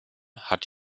hat